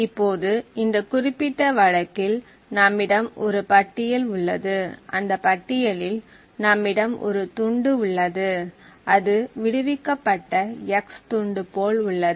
இப்போது இந்த குறிப்பிட்ட வழக்கில் நம்மிடம் ஒரு பட்டியல் உள்ளது அந்த பட்டியலில் நம்மிடம் ஒரு துண்டு உள்ளது அது விடுவிக்கப்பட்ட x துண்டு போல் உள்ளது